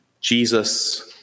Jesus